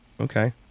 Okay